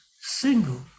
single